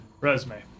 Resume